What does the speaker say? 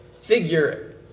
figure